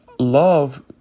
Love